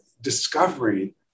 discovering